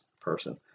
person